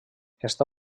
està